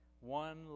one